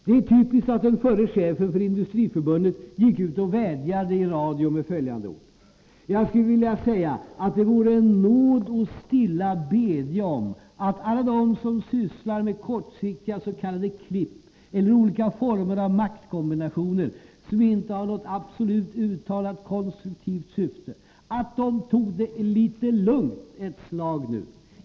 Det är typiskt att den förre chefen för Industriförbundet gick ut och vädjade i radio med följande ord: ”Jag skulle vilja säga att det vore en nåd att stilla bedja om att alla de som sysslar med kortsiktiga s.k. klipp eller olika former av maktkombinationer, som inte har något absolut uttalat konstruktivt syfte, att de tog det litet lugnt ett slag nu.